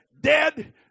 dead